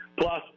Plus